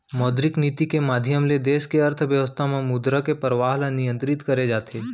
मौद्रिक नीति के माधियम ले देस के अर्थबेवस्था म मुद्रा के परवाह ल नियंतरित करे जाथे